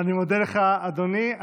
אני מודה לך, אדוני.